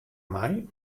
mei